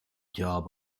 job